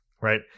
Right